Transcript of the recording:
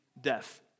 death